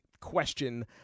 question